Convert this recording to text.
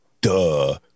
Duh